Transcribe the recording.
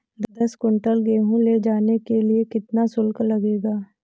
दस कुंटल गेहूँ ले जाने के लिए कितना शुल्क लगेगा?